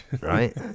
right